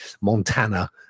Montana